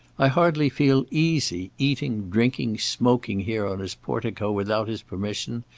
i hardly feel easy, eating, drinking, smoking here on his portico without his permission,